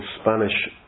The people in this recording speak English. Spanish